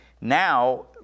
now